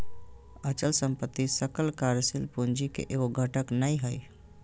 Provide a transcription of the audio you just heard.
अचल संपत्ति सकल कार्यशील पूंजी के एगो घटक नै हइ